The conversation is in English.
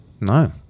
No